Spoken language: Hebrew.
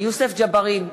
יוסף ג'בארין,